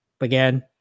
Again